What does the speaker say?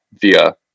via